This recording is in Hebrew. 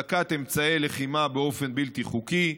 החזקת אמצעי לחימה באופן בלתי חוקי,